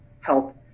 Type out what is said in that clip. help